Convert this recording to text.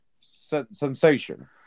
sensation